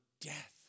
death